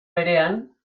berean